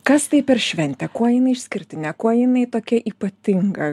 kas tai per šventė kuo jinai išskirtinė kuo jinai tokia ypatinga